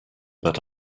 but